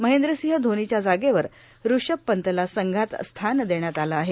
महर्द्रासंह धोनीच्या जागेवर ऋषभ पंतला संघात स्थान देण्यात आलं आहे